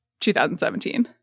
2017